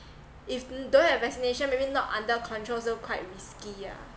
if don't have vaccination maybe not under control also quite risky ah